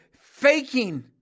faking